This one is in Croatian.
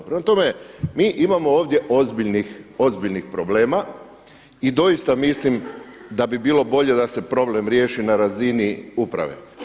Prema tome, mi imamo ovdje ozbiljnih problema i doista mislim da bi bilo bolje da se problem riješi na razini uprave.